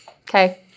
Okay